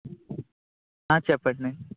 చెప్పండి